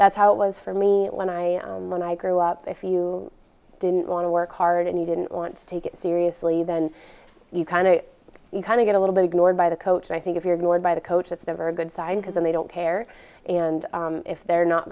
that's how it was for me when i when i grew up if you didn't want to work hard and you didn't want to take it seriously then you kind of you kind of get a little bit ignored by the coach and i think if you're going by the coach it's never a good sign because then they don't care and if they're not